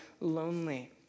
lonely